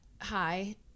hi